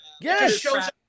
Yes